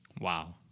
Wow